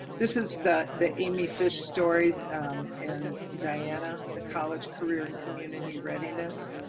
this is that the amy fish story and diana, the college, career, and community readiness